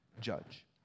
judge